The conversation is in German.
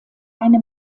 eine